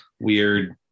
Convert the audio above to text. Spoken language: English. weird